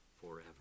forever